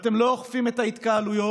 אתם לא אוכפים אותם,